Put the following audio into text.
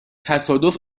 تصادف